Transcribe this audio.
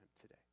today